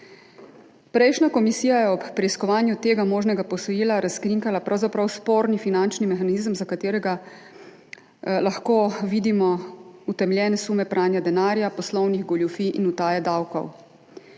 Prejšnja komisija je ob preiskovanju tega možnega posojila razkrinkala pravzaprav sporni finančni mehanizem, za katerega lahko vidimo utemeljene sume pranja denarja, poslovnih goljufij in utaje davkov.